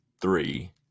three